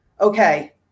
okay